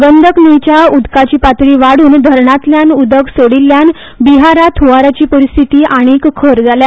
गंदक न्हयच्या उदकाची पातळी वाड़न धरणातल्यान उदक सोडिल्ल्यान बिहारात हुंवाराची परिस्थिती आनीक खंर जाल्या